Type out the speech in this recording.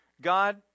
God